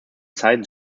zeit